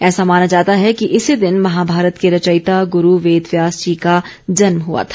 ऐसा माना जाता है कि इसी दिन महाभारत के रचयिता गुरु वेद व्यास जी का जन्म हुआ था